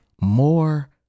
more